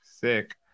Sick